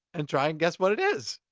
and try and guess what it is!